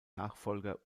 nachfolger